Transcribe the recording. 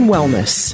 Wellness